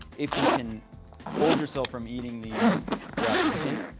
if you can hold yourself from eating these throughout the day,